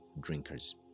drinkers